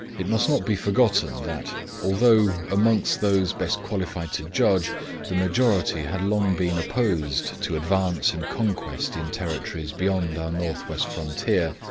it must not be forgotten that although amongst those best qualified to judge the majority had long been opposed to advance and conquest in territories beyond our north-west frontier,